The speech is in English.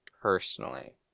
Personally